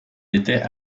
étaient